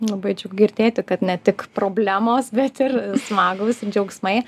labai džiugu girdėti kad ne tik problemos bet ir smagūs džiaugsmai